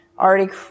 Already